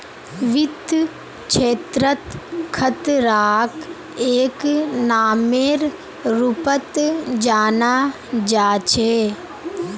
वित्त क्षेत्रत खतराक एक नामेर रूपत जाना जा छे